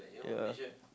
ya